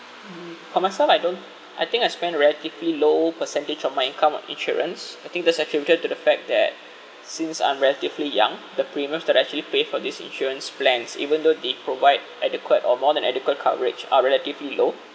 mm for myself I don't I think I spend relatively low percentage of my income on insurance I think that's attributed to the fact that since I'm relatively young the premiums that I actually pay for this insurance plans even though they provide adequate or more than adequate coverage are relatively low